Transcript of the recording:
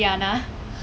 then